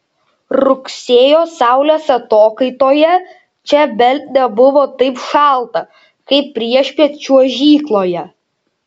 rugsėjo saulės atokaitoje čia bent nebuvo taip šalta kaip priešpiet čiuožykloje